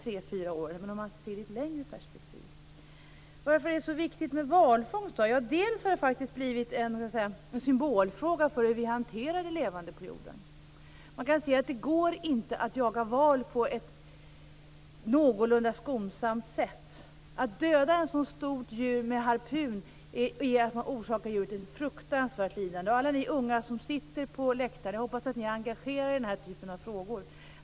Varför är det så viktigt med valfångst? Det har blivit en symbolfråga för hur vi hanterar det levande på jorden. Man kan se att det inte går att jaga val på ett någorlunda skonsamt sätt. Att döda ett så stort djur med harpun är att orsaka djuret ett fruktansvärt lidande. Man skjuter en harpun in i dem, och sedan förblöder de medan de sliter som attan för att komma loss.